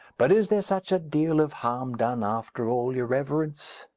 but is there such a deal of harm done after all, your reverence?